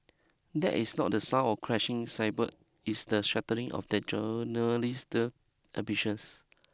that is not the sound of crashing it's the shattering of their journalistic ambitions